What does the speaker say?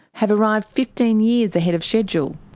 have arrived fifteen years ahead of schedule.